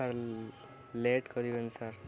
sir late କରିବେନି sir